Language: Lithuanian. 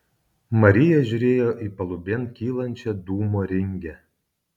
marija žiūrėjo į palubėn kylančią dūmo ringę